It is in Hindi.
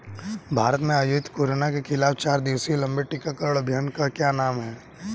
भारत में आयोजित कोरोना के खिलाफ चार दिवसीय लंबे टीकाकरण अभियान का क्या नाम है?